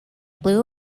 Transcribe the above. blue